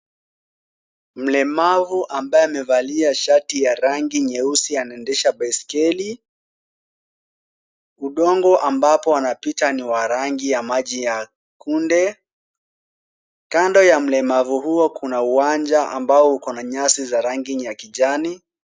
Mlemavu ambaye amevalia shati ya rangi nyeusi anaendesha baiskeli. Udongo ambapo anapita ni wa rangi ya maji ya kunde. Kando ya mlemavu huo kuna uwanja ambao uko na nyasi za rangi ya kijani.